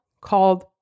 called